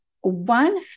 one